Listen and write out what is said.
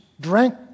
drank